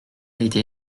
été